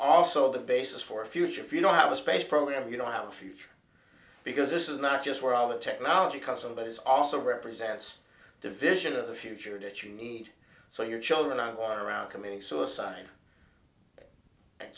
also the basis for a future if you don't have a space program you don't have a future because this is not just where all the technology comes of it is also represents the vision of the future that you need so your children are around committing suicide and